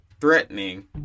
threatening